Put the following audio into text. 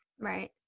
Right